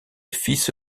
fils